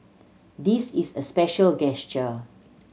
this is a special gesture